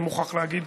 אני מוכרח להגיד,